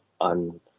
on